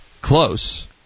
Close